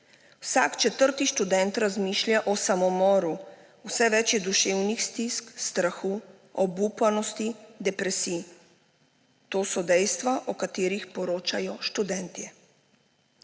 Vsak četrti študent razmišlja o samomoru, vse več je duševnih stisk, strahu, obupanosti, depresij. To so dejstva, o katerih poročajo študentje.